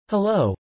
Hello